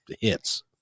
hits